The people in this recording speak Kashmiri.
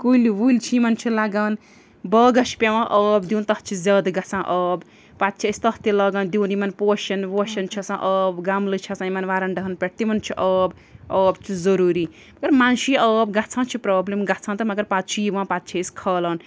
کُلۍ وُلۍ چھِ یِمَن چھِ لَگان باغَس چھِ پٮ۪وان آب دیُن تَتھ چھِ زیادٕ گژھان آب پَتہٕ چھِ أسۍ تَتھ تہِ لاگان دیُن یِمَن پوشن ووشَن چھِ آسان آب گَملہٕ چھِ آسان یِمَن وَرَنٛڈاہَن پٮ۪ٹھ تِمَن چھُ آب آب چھُ ضٔروٗری مگر منٛزٕ چھُ یہِ آب گَژھان چھِ پرٛابلِم گَژھان تہٕ مگر پَتہٕ چھِ یِوان پَتہٕ چھِ أسۍ کھالان